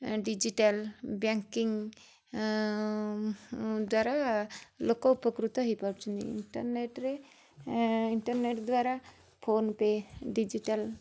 ଏଁ digital banking ଦ୍ବାରା ଲୋକ ଉପକୃତ ହେଇପାରୁଛନ୍ତି ଇଣ୍ଟରନେଟ୍ ରେ ଏଁ ଇଣ୍ଟରନେଟ୍ ଦ୍ବାରା ଫୋନ୍ ପେ ଡିଜିଟାଲ